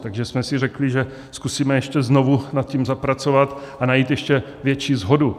Takže jsme si řekli, že zkusíme ještě znovu nad tím zapracovat a najít ještě větší shodu.